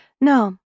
No